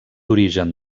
origen